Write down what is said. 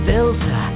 Delta